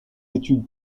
études